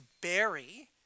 bury